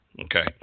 Okay